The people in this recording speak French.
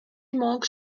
manque